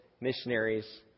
missionaries